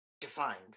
Defined